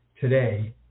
today